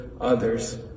others